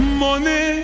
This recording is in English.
money